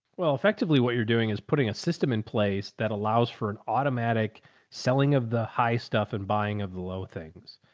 well effectively what you're doing is putting a system in place that allows for an automatic selling of the high stuff and buying of the low things,